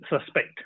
suspect